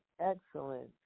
excellent